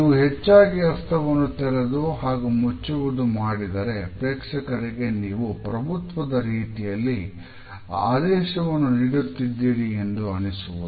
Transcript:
ನೀವು ಹೆಚ್ಚಾಗಿ ಹಸ್ತವನ್ನು ತೆರೆದು ಹಾಗೂ ಮುಚ್ಚುವುದು ಮಾಡಿದರೆ ಪ್ರೇಕ್ಷಕರಿಗೆ ನೀವು ಪ್ರಭುತ್ವದ ರೀತಿಯಲ್ಲಿ ಆದೇಶವನ್ನು ನೀಡುತ್ತಿದ್ದೀರಿ ಎಂದು ಅನಿಸುವುದು